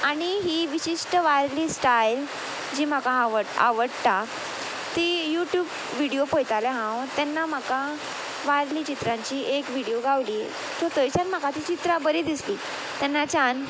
आनी ही विशिश्ट वार्ली स्टायल जी म्हाका आव आवडटा ती युट्यूब विडियो पयताले हांव तेन्ना म्हाका वार्ली चित्रांची एक विडियो गावली सो थंयच्यान म्हाका ती चित्रां बरी दिसली तेन्नाच्यान